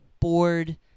bored